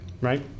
Right